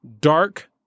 Dark